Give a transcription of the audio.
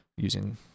Using